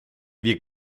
wir